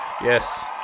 yes